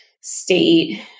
state